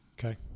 Okay